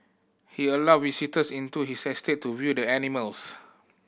he allowed visitors into his estate to view the animals